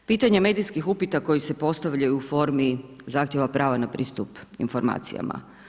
Pitanje medijskih upita koji se postavljaju u formi zahtjeva prava na pristup informacijama.